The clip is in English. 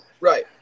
Right